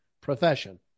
profession